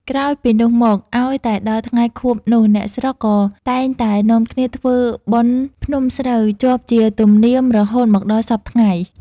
ក្រោយពីនោះមក ឲ្យតែដល់ថ្ងៃខួបនោះ អ្នកស្រុក ក៏តែងតែនាំគ្នាធ្វើបុណ្យភ្នំស្រូវ ជាប់ជាទំនៀមរហូតមកដល់សព្វថ្ងៃ។